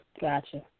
Gotcha